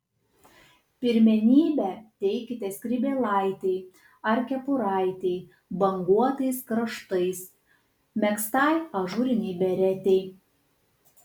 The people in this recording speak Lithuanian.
pirmenybę teikite skrybėlaitei ar kepuraitei banguotais kraštais megztai ažūrinei beretei